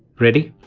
ready?